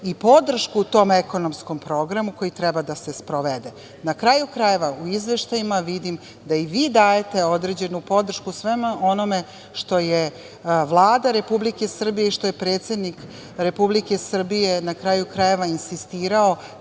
i podršku tom ekonomskom programu koji treba da se sprovede. Na kraju krajeva, u izveštajima vidim da i vi dajete određenu podršku svemu onome što je Vlada Republike Srbije i što je predsednik Republike Srbije na kraju krajeva insistirao